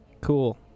cool